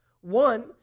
One